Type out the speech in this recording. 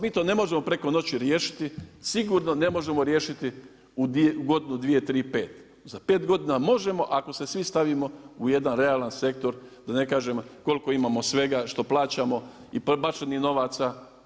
MI to ne možemo preko noći riješiti, sigurno ne možemo riješiti u godinu, 2, 3, 5. Za 5 godina možemo ako se svi stavimo u jedan realan sektor, da ne kažem koliko imamo svega, što plaćamo i bačenih novaca.